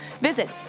Visit